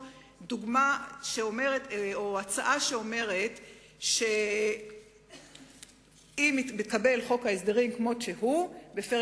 יש הצעה שאומרת שאם מתקבל פרק הבריאות בחוק ההסדרים כמו שהוא,